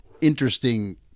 interesting